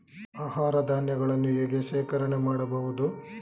ಆಹಾರ ಧಾನ್ಯಗಳನ್ನು ಹೇಗೆ ಶೇಖರಣೆ ಮಾಡಬಹುದು?